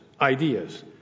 ideas